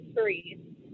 three